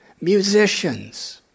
musicians